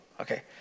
okay